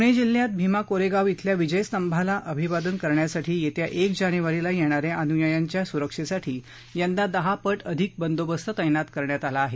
पुणे जिल्ह्यात भिमा कोरेगाव श्रिल्या विजयस्तंभाला अभिवादन करण्यासाठी येत्या एक जानेवारीला येणाऱ्या अनुयायांच्या सुरक्षेसाठी यंदा दहा पट अधिक बंदोबस्त तैनात करण्यात आला आहे